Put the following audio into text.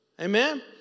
Amen